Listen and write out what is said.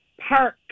Park